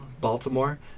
Baltimore